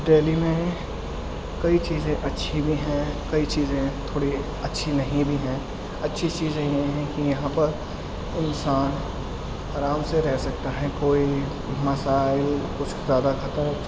دہلی میں کئی چیزیں اچھی بھی ہیں کئی چیزیں تھوڑی اچھی نہیں بھی ہیں اچھی چیزیں یہ ہیں کہ یہاں پر انسان آرام سے رہ سکتا ہے کوئی مسائل کچھ زیادہ خطرہ